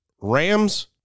Rams